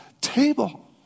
table